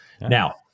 Now